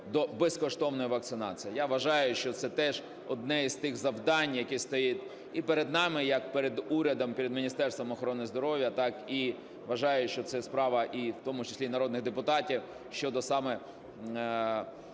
до безкоштовної вакцинації. Я вважаю, що це теж одне із тих завдань, яке стоїть і перед нами як перед урядом, перед Міністерством охорони здоров'я, так і, вважаю, що це справа в тому числі народних депутатів – щодо саме